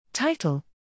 Title